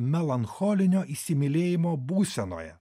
melancholinio įsimylėjimo būsenoje